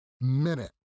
minute